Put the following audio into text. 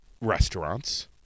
restaurants